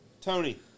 Tony